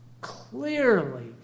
Clearly